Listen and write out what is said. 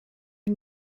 une